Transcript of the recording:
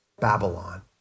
Babylon